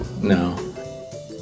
No